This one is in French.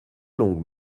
longue